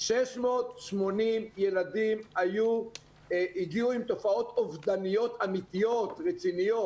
680 ילדים הגיעו עם תופעות אובדניות אמיתיות ורציניות.